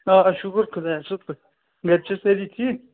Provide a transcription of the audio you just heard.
آ شُکُر خۄدایس گرِ چھِوٕ سٲری ٹھِیٖک